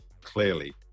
clearly